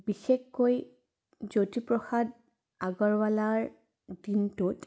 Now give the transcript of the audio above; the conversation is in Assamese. বিশেষকৈ জ্যোতিপ্ৰসাদ আগৰৱালাৰ দিনটোত